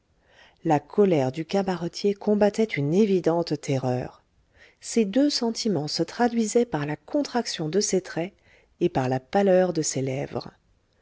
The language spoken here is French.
la colère du cabaretier combattait une évidente terreur ces deux sentiments se traduisaient par la contraction de ses traits et par la pâleur de ses lèvres